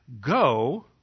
go